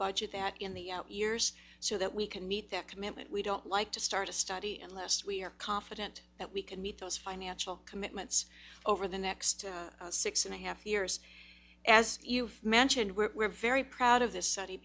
budget that in the out years so that we can meet that commitment we don't like to start a study unless we are confident that we can meet those financial commitments over the next six and a half years as you mentioned we're very proud of this study